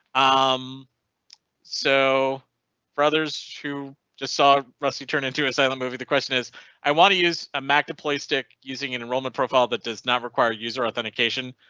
um so brothers shoe just saw rusty turned into a silent movie the question is i want to use a mac to play stick using an enrollment profile that does not require user authentication.